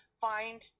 find